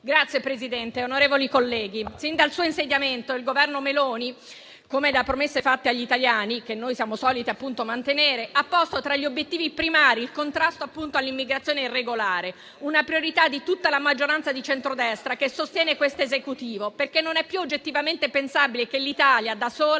Signora Presidente, onorevoli colleghi, sin dal suo insediamento il Governo Meloni, come da promesse fatte agli italiani (che noi siamo soliti mantenere), ha posto tra i suoi obiettivi primari il contrasto all'immigrazione irregolare, una priorità di tutta la maggioranza di centrodestra che sostiene questo Esecutivo, perché non è più oggettivamente pensabile che l'Italia da sola